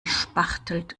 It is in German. spachtelt